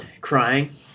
crying